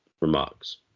remarks